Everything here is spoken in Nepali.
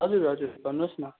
हजुर हजुर भन्नुहोस् न